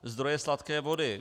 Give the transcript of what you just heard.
Zdroje sladké vody.